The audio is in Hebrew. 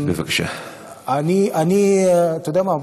אתה יודע מה?